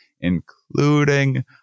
including